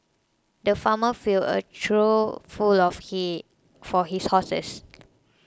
the farmer filled a trough full of hay for his horses